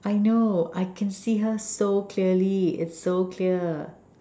I know I can see her so clearly it's so clear